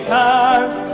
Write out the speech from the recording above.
times